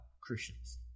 Christians